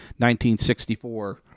1964